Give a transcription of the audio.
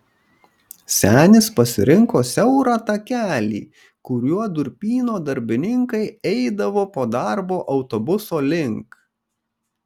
senis pasirinko siaurą takelį kuriuo durpyno darbininkai eidavo po darbo autobuso link